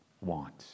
want